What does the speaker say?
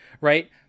Right